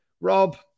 Rob